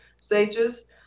stages